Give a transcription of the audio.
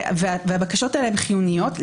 הבקשות האלה הן חיוניות.